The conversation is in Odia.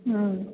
ହୁଁ